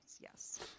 yes